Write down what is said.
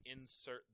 insert